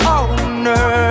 owner